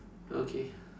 okay